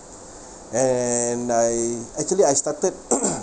and I actually I started